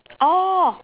oh